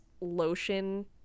lotion